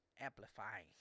amplifying